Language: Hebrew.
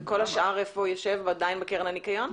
ואיפה כל השאר יושב, עדיין בקרן הניקיון?